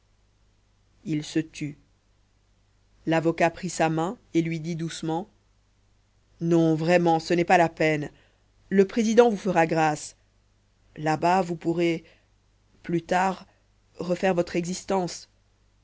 il se tut l'avocat prit sa main et lui dit doucement non vraiment ce n'est pas la peine le président vous fera grâce là-bas vous pourrez plus tard refaire votre existence